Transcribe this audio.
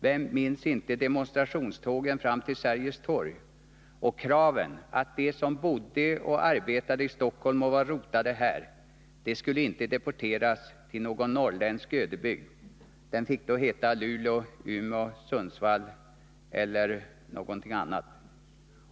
Vem minns inte demonstrationstågen fram till Sergels Torg och kraven på att de som bodde och arbetade i Stockholm och var rotade där inte skulle deporteras till någon norrländsk ödebygd — den fick heta Luleå, Umeå, Sundsvall eller något annat.